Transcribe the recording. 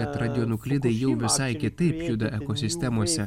kad radionuklidai jau visai kitaip juda ekosistemose